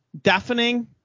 Deafening